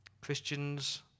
Christians